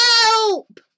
Help